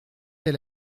elle